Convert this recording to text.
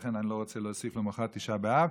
ולכן אני לא רוצה להוסיף למוחרת תשעה באב.